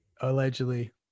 allegedly